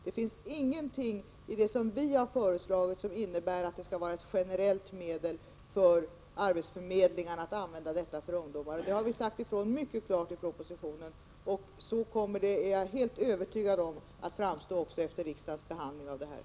Det finns ingenting i det som vi har föreslagit som innebär att arbetsförmedlingarna skall använda detta stöd som ett generellt medel för ungdomar. Detta har vi sagt mycket tydligt i propositionen, och jag är helt övertygad om att det också kommer att framstå så efter riksdagens behandling av ärendet.